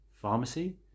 pharmacy